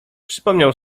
przypomniał